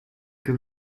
que